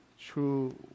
true